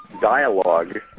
dialogue